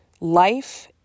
life